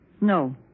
No